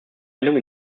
meinung